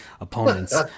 opponents